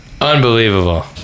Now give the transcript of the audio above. Unbelievable